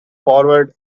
forward